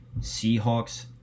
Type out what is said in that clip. seahawks